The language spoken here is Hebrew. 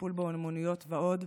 טיפול באומנות ועוד,